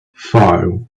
five